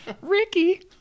Ricky